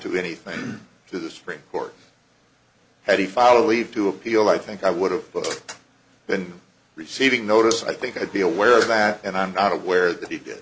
to anything to the supreme court had he filed a leave to appeal i think i would have been receiving notice i think i'd be aware of that and i'm not aware that he did